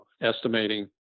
estimating